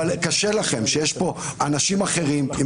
אבל קשה לכם שיש כאן אנשים אחרים עם